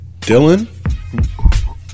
Dylan